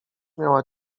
miała